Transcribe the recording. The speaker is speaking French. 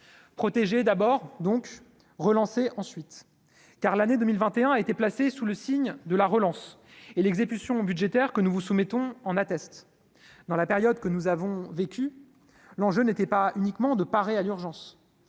protéger d'abord donc relancer ensuite, car l'année 2021, a été placée sous le signe de la relance et l'exécution budgétaire que nous vous soumettons en attestent, dans la période que nous avons vécu, l'enjeu n'était pas uniquement de parer à l'urgence,